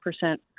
percent